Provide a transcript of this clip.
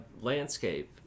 landscape